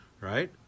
right